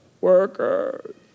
workers